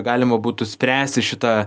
galima būtų spręsti šitą